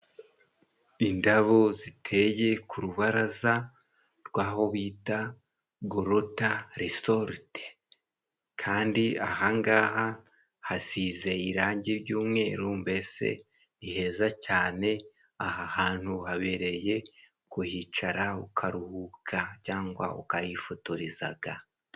Indabo ziteye ku rubaraza rw'aho bita "Golota Rezolite" kandi aha ngaha hasize irangi ry'umweru, mbese ni heza cyane, aha hantu habereye kuhicara ukaruhuka cyangwa ukahifotorezaga.